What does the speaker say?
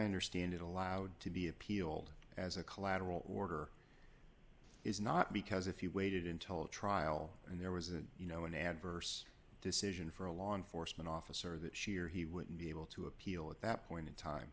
understand it allowed to be appealed as a collateral order is not because if you waited until trial and there was a you know an adverse decision for a law enforcement officer that she or he wouldn't be able to appeal at that point in time